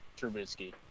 Trubisky